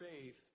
faith